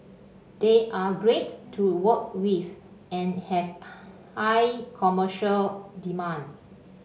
they are great to work with and have high commercial demand